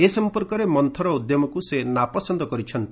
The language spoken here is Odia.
ଏ ସମ୍ପର୍କରେ ମନ୍ତର ଉଦ୍ୟମକୁ ସେ ନାପସନ୍ଦ କରିଛନ୍ତି